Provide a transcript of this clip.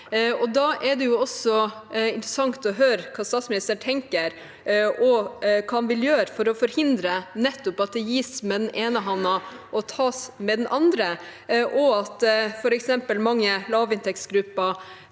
Da er det også interessant å høre hva statsministeren tenker, og hva han vil gjøre for å forhindre nettopp at det gis med den ene hånden og tas med den andre, og at f.eks. mange lavinntektsgrupper